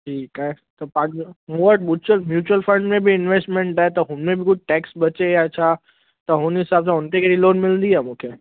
ठीकु आहे त पंहिंजो मूं वटि मूचल म्यूच्युअल फ़ंड में बि इंवेस्टमेंट आहे त हुन में बि कुझु टैक्स बचे या छा त हुन हिसाब सां हुन ते कहिड़ी लोन मिलिंदी या मूंखे